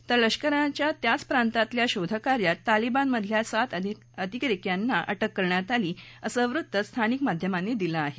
तर लष्कराच्या त्याचं प्रांतातल्या शोधकार्यात तालीबानमधल्या सात अतिरेक्यांनाही अटक केली आहे असं वृत्त स्थानिक माध्यमांनी दिलं आहे